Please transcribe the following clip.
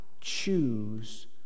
choose